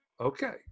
Okay